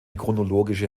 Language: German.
chronologische